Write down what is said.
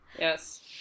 yes